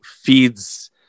feeds